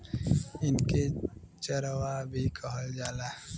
इनके चरवाह भी कहल जाला